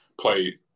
play